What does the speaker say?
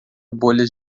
bolhas